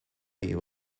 you